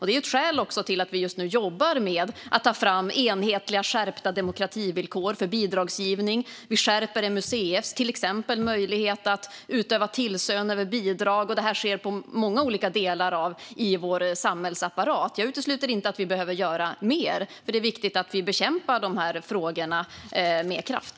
Det är också ett skäl till att vi just nu jobbar med att ta fram enhetliga skärpta demokrativillkor för bidragsgivning. Vi skärper till exempel MUCF:s möjlighet att utöva tillsyn över bidrag. Det här sker i många olika delar av vår samhällsapparat. Jag utesluter inte att vi behöver göra mer, för det är viktigt att vi bekämpar de här frågorna med kraft.